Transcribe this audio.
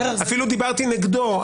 אפילו דיברתי נגדו.